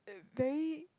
very